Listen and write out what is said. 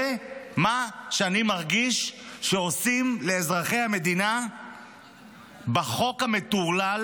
זה מה שאני מרגיש שעושים לאזרחי המדינה בחוק המטורלל,